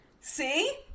See